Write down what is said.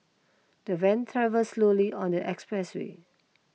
the van travel slowly on the expressway